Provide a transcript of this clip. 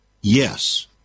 Yes